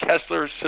Kessler